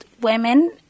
women